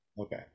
Okay